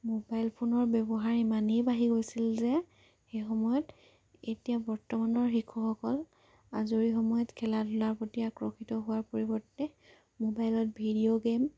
mobile ফোনৰ ব্যৱহাৰ ইমানেই বাঢ়ি গৈছিল যে সেই সময়ত এতিয়া বৰ্তমানৰ শিশুসকল আজৰি সময়ত খেলা ধূলাৰ প্ৰতি আকৰ্ষিত হোৱাৰ পৰিৱৰ্তে মোবাইলত ভিডিঅ' গেইম